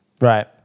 Right